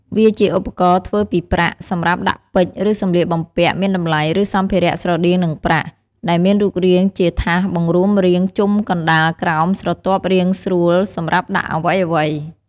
វាជាឧបករណ៍ធ្វើពីប្រាក់ សម្រាប់ដាក់ពេជ្រឬសំលៀកបំពាក់មានតម្លៃឬសម្ភារៈស្រដៀងនឹងប្រាក់ ដែលមានរូបរាងជាថាសបង្រួមរាងជុំកណ្តាលក្រោមស្រទាប់រាងស្រួលសម្រាប់ដាក់អ្វីៗ។